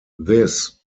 this